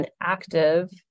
active